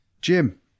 Jim